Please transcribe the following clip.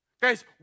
Guys